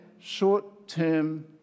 short-term